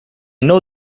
know